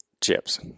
chips